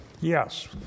Yes